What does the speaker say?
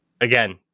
again